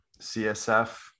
CSF